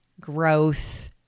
growth